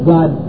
God